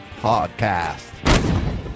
podcast